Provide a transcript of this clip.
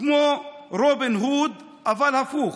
כמו רובין הוד, אבל הפוך,